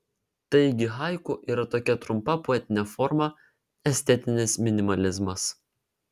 taigi haiku yra tokia trumpa poetinė forma estetinis minimalizmas